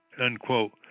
unquote